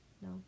No